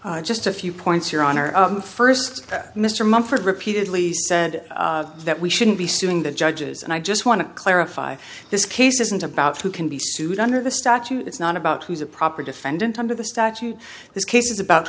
just a few points your honor first mr mumford repeatedly said that we shouldn't be suing the judges and i just want to clarify this case isn't about who can be sued under the statute it's not about who's a proper defendant under the statute this case is about